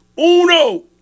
Uno